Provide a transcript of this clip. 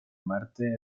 marte